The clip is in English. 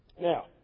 Now